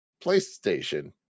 PlayStation